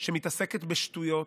שמתעסקת בשטויות,